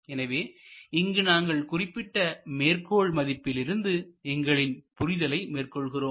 எனவே இங்கு நாங்கள் குறிப்பிட்ட மேற்கோள் மதிப்பிலிருந்து எங்களின் புரிதலை மேற்கொள்கிறோம்